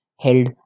held